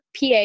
PA